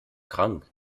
krank